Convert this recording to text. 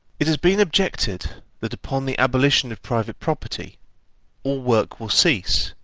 it has been objected that upon the abolition of private property all work will cease,